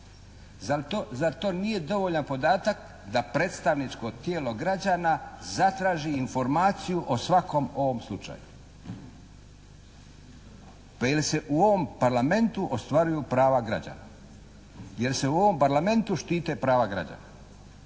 Zar to nije dovoljan podatak da predstavničko tijelo građana zatraži informaciju o svakom ovom slučaju? Pa jel' se u ovom Parlamentu ostvaruju prava građana? Jel' se u ovom Parlamentu štite prava građana?